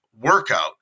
workout